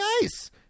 Nice